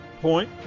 point